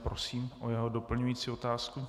Prosím o jeho doplňující otázku.